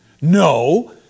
No